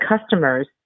customers